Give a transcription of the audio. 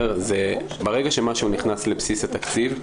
ברגע שמשהו נכנס לבסיס התקציב,